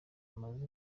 amazu